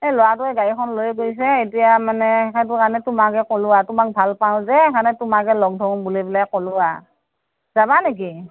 এই ল'ৰাটোৱে গাড়ী এখন লৈ গৈছে এতিয়া মানে সেইটো কাৰণে তোমাকে ক'লোঁ আৰু তোমাক ভাল পাওঁ যে সেইকাৰণে তোমাকে লগ ধৰোঁ বুলি পেলাই ক'লোঁ আৰু যাবা নেকি